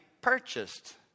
purchased